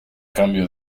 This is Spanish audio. cambio